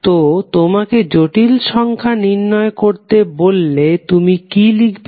তো তোমাকে জটিল সংখ্যা বর্ণনা করতে বললে তুমি কি লিখবে